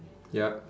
yup